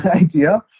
idea